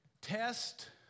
test